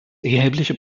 erhebliche